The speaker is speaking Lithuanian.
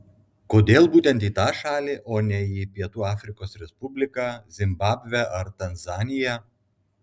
kodėl būtent į tą šalį o ne į pietų afrikos respubliką zimbabvę ar tanzaniją